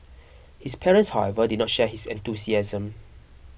his parents however did not share his enthusiasm